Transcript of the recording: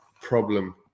problem